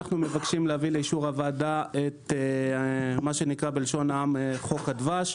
אנחנו מבקשים להביא לאישור הוועדה את מה שנקרא בלשון העם "חוק הדבש".